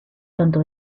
tanto